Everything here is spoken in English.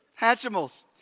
Hatchimals